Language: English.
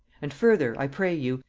and further, i pray you,